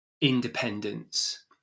independence